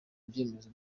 icyemezo